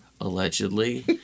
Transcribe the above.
allegedly